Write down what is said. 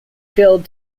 failed